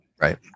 Right